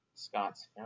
Scott's